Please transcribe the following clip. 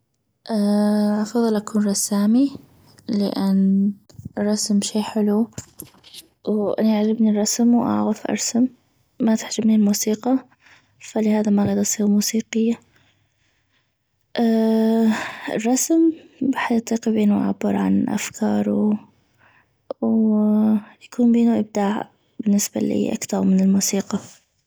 افضل اكون رسامي لان الرسم شي حلو وانا يعجبني الرسم واعغف ارسم ما تعجبني الموسيقى فلهذا ما اغيد اصيغ موسيقية الرسم ويحد يطيق يعبر بينو عن افكارو و يكون بينو ابداع بالنسبة لي اكثغ من الموسيقى